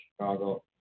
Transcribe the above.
Chicago